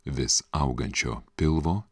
vis augančio pilvo